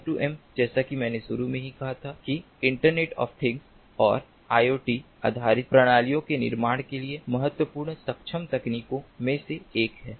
M2M जैसा कि मैंने शुरू में ही कहा था कि इंटरनेट ऑफ़ थिंग्स और IoT आधारित प्रणालियों के निर्माण के लिए महत्वपूर्ण सक्षम तकनीकों में से एक है